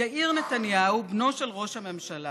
יאיר נתניהו, בנו של ראש הממשלה,